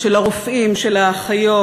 של הרופאים, של האחיות?